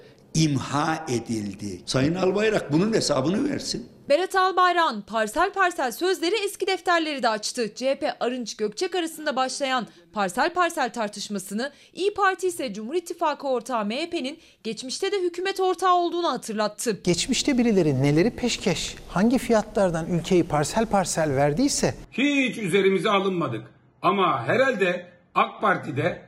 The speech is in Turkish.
İmha edildi. Sayın Albayrak bunun hesabını versin. Berat Albayrak'ın parsel parsel sözleri eski defterleri de açtı. CHP, Arınç Gökçek arasında başlayan parsel parsel tartışmasını, İYİ Parti ise Cumhur İttifakı ortağı MHP'nin geçmişte de hükümet ortağı olduğunu hatırlattı. Geçmişte birileri neleri peşkeş, hangi fiyatlardan ülkeyi parsel parsel verdiyse- Hiç üzerimize alınmadık. Ama herhalde AK Parti'de-